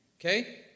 okay